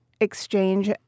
exchange